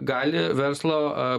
gali verslo